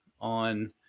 on